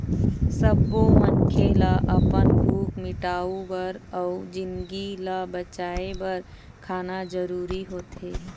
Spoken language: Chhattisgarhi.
सब्बो मनखे ल अपन भूख मिटाउ बर अउ जिनगी ल बचाए बर खाना जरूरी होथे